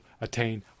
attain